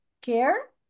care